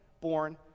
born